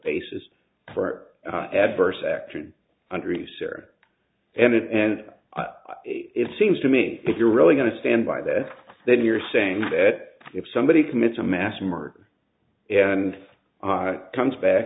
basis for adverse action under use here and it and it seems to me if you're really going to stand by that then you're saying that if somebody commits a mass murder and comes back